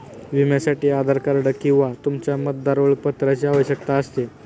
विम्यासाठी आधार कार्ड किंवा तुमच्या मतदार ओळखपत्राची आवश्यकता असते